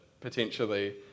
potentially